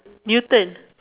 Newton